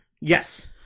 Yes